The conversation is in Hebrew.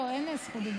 לא, אין זכות דיבור.